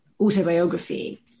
autobiography